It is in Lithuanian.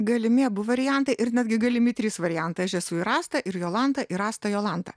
galimi abu variantai ir netgi galimi trys variantai aš esu ir asta ir jolanta ir asta jolanta